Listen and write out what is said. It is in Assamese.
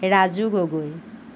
ৰাজু গগৈ